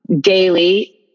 daily